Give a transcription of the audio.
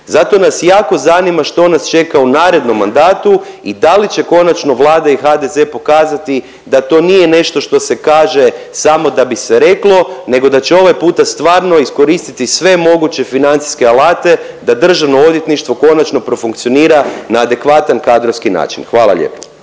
Zato nas jako zanima što nas čeka u narednom mandatu i da li će konačno Vlada i HDZ pokazati da to nije nešto što se kaže samo da bi se reklo nego da će ovaj puta stvarno iskoristiti sve moguće financijske alate da državno odvjetništvo konačno profunkcionira na adekvatan kadrovski način? Hvala lijepo.